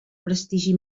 prestigi